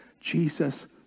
Jesus